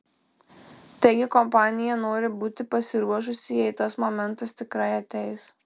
taigi kompanija nori būti pasiruošusi jei tas momentas tikrai ateis